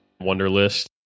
Wonderlist